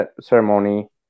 ceremony